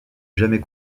jamais